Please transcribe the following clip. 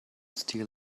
steal